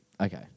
Okay